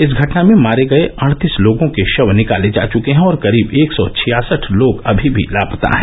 इस घटना में मारे गए अड़तीस लोगों के शव निकाले जा चुके हैं और करीब एक सौ छियासठ लोग अभी भी लापता हैं